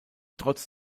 trotz